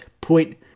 Point